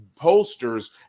pollsters